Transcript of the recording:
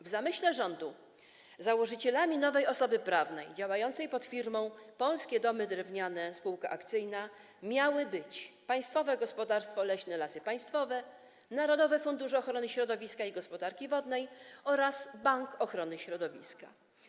W zamyśle rządu założycielami nowej osoby prawnej działającej pod firmą Polskie Domy Drewniane SA miały być: Państwowe Gospodarstwo Leśne Lasy Państwowe, Narodowy Fundusz Ochrony Środowiska i Gospodarki Wodnej oraz Bank Ochrony Środowiska.